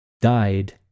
died